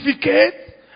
certificate